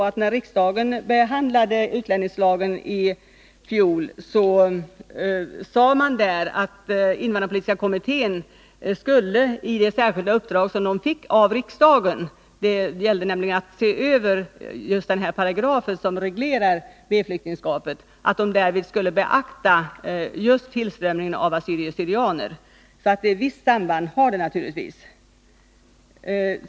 Men när riksdagen behandlade utlänningslagen i fjol uttalades att invandrarpolitiska kommittén i det särskilda uppdrag som man fick av riksdagen — det gällde nämligen att se över just den här paragrafen som reglerar B-flyktingskapet— särskilt skulle beakta tillströmningen att assyrier/syrianer. Ett visst samband finns således.